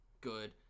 good